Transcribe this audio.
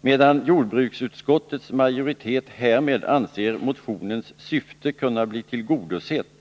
Medan jordbruksutskottets majoritet härmed anser motionens syfte kunna bli tillgodosett,